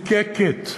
מזוקקת.